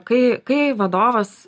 kai kai vadovas